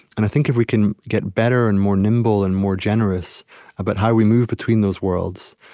and i think, if we can get better and more nimble and more generous about how we move between those worlds,